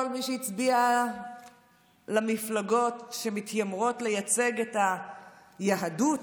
כל מי שהצביעו למפלגות שמתיימרות לייצג את היהדות,